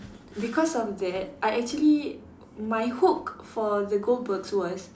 because of that I actually my hook for the Goldbergs was